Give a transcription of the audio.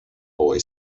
boy